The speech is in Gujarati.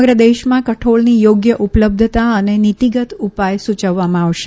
સમગ્ર દેશમાં કઠોળની યોગ્ય ઉપલબ્ધતા અને નીતિગત ઉપાય સૂયવવામાં આવશે